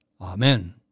Amen